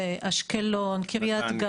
אשקלון, קריית גת.